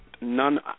none